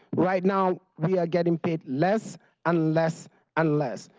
right now, we are getting paid less and less and less.